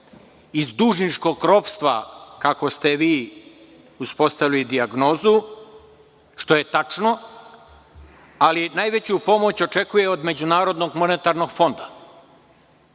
iz dužničkog ropstva, kako ste vi uspostavili dijagnozu, što je tačno, ali najveću pomoć očekuje od MMF-a. Uostalom,